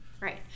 Right